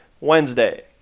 Wednesday